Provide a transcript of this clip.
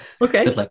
Okay